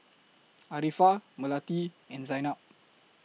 Arifa Melati and Zaynab